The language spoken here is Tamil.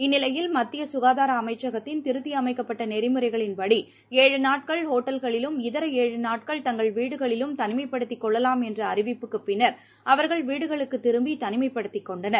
இந்நிலையில் மத்திய சுகாதார அமைச்சகத்தின திருத்தியமைக்கப்பட்ட நெறிமுறைகளின் படி ஏழு நாட்கள் ஒட்டல்களிலும் இதர ஏழு நாட்கள் தங்கள் வீடுகளிலும் தனிமைப்படுத்திக் கொள்ளலாம் என்ற அறிவிப்புக்குப் பின்னர் அவர்கள் வீடுகளுக்குத் திரும்பி தனிமைப்படுத்திக் கொண்டனர்